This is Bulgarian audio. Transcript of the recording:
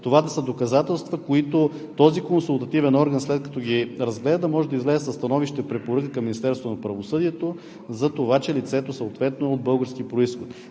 това да са доказателства, които този консултативен орган, след като ги разгледа, да може да излезе със становище, препоръка към Министерството на правосъдието за това, че лицето съответно е от български произход.